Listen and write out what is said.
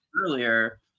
earlier